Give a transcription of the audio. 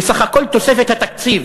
כי סך כל תוספת התקציב